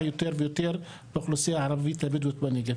יותר ויותר על הפגיעה באוכלוסייה הערבית בנגב.